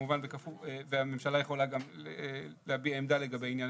רוצה והממשלה יכולה גם להביע עמדה לגבי העניין.